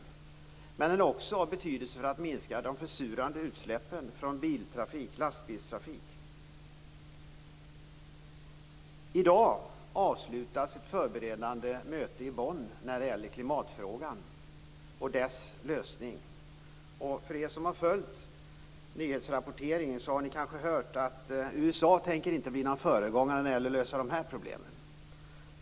Men järnvägen är också av betydelse för att minska de försurande utsläppen från bil och lastbilstrafik. I dag avslutas ett förberedande möte i Bonn när det gäller klimatfrågan och dess lösning. Ni som har följt nyhetsrapporteringen kanske har hört att USA inte tänker bli föregångare när det gäller att lösa problemen.